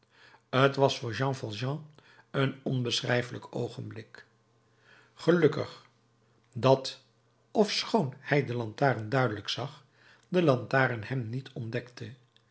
t was voor jean valjean een onbeschrijfelijk oogenblik gelukkig dat ofschoon hij de lantaarn duidelijk zag de lantaarn hem niet ontdekte